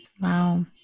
Wow